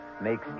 Makes